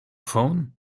phone